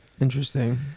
interesting